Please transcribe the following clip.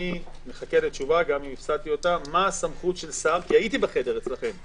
אני מחכה לתשובה מה הסמכות של שר כי יהיתי אצלכם בחדר,